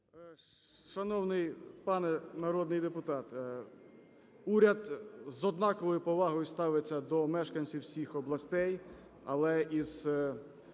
Шановний пане народний депутат, уряд з однаковою повагою ставиться до мешканців всіх областей, але із